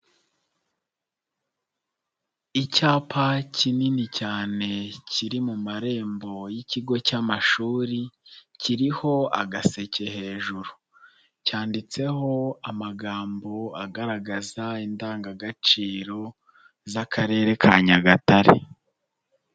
Icyapa kinini cyane kiri mu marembo y'ikigo cy'amashuri kiriho agaseke hejuru, cyanditseho amagambo agaragaza indangagaciro z'Akarere ka Nyagatare.